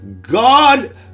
God